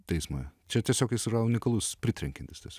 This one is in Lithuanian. čia tiesiog jis yra unikalus pritrenkiantis